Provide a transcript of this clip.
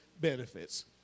benefits